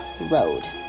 Road